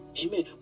Amen